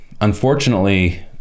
unfortunately